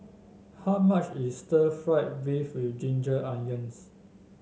how much is Stir Fried Beef with Ginger Onions